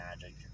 magic